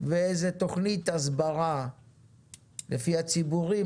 ואיזה תכנית הסברה לפי הציבורים,